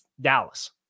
Dallas